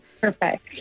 Perfect